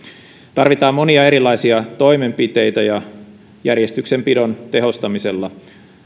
tarvitaan monia erilaisia toimenpiteitä ja järjestyksenpidon tehostamisella